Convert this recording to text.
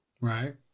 Right